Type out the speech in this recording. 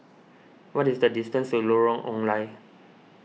what is the distance to Lorong Ong Lye